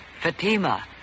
Fatima